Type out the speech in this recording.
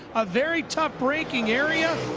a very tough braking area.